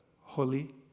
Holy